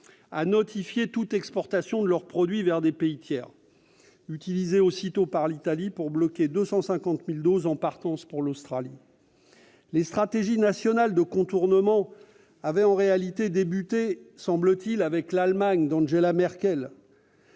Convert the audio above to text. à notifier toute exportation de leurs produits vers des pays tiers, mécanisme utilisé aussitôt par l'Italie pour bloquer 250 000 doses en partance pour l'Australie. Les stratégies nationales de contournement avaient en réalité débuté, semble-t-il, avec l'Allemagne d'Angela Merkel,